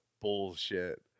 bullshit